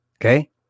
Okay